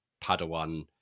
Padawan